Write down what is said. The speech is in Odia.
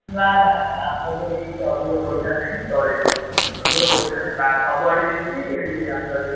ନାଁ ନାଁ ନାଁ ଆମ ପାଖରେ କିଛି ଅଧିକ ପଇସା ନାହିଁ ଚଳିବ ଅଧିକ ପଇସା ନାହିଁ ସବୁଆଡ଼େ ଯେମିତି ଏଇଟି ଆମ ପାଖରେ ବି ସେଇଆ